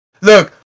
Look